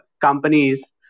companies